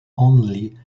only